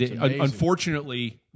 unfortunately